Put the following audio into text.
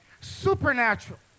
supernatural